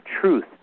truth